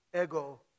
ego